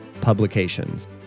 publications